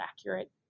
accurate